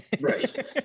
right